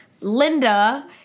Linda